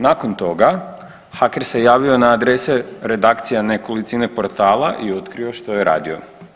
Nakon toga haker se javio na adrese redakcija nekolicine portala i otkrio što je radio.